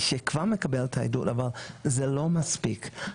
שכבר מקבלת את העדות, אבל זה לא מספיק.